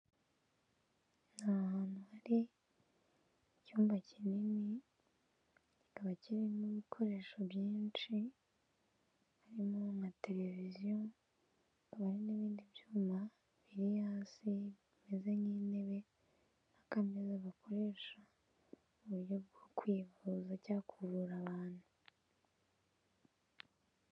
Ahatu hari icyumba kinini, kikaba kirimo ibikoresho byinshi. Harimo ama televiziyo hakaba n'ibindi byuma biri hasi bimeze nk'intebe n'akameza, gakoresha m'uburyo bwo kwivuza cyangwa kuvura abantu.